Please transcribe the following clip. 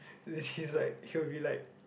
he's like he will be like